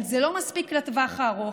אבל זה לא מספיק לטווח הארוך.